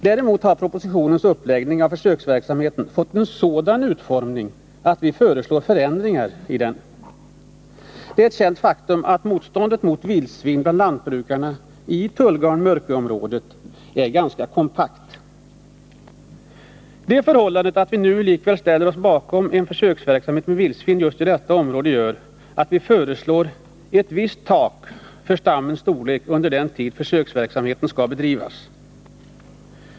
Däremot har försöksverksamheten fått sådan utformning i propositionen att vi föreslår förändringar i den delen. Det är ett känt faktum att motståndet mot vildsvin bland lantbrukarna i Tullgarn-Mörkö-området är ganska kompakt. Det förhållandet att vi nu likväl ställer oss bakom en försöksverksamhet med vildsvin just i detta område gör att vi föreslår ett visst tak för stammens storlek under den tid försöksverksamheten skall bedrivas.